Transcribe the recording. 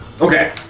Okay